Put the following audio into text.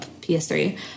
PS3